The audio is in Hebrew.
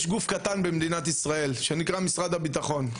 יש גוף קטן במדינת ישראל שנקרא משרד הביטחון.